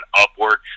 upward